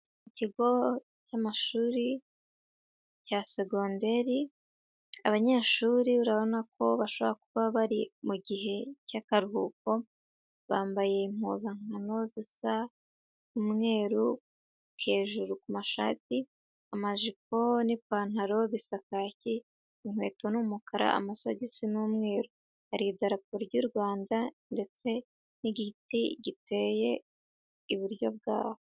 Ikigo cy'amashuri cya segonderi, abanyeshuri urabona ko bashobora kuba bari mu gihe cy'akaruhuko, bambaye impuzankano zisa umweru hejuru ku mashati, amajipo n'ipantaro bisa kaki, inkweto ni umukara, amasogisi ni umweru, hari idarapo ry'u Rwanda ndetse n'igiti giteye iburyo bwaho.